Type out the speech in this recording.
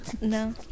No